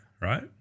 right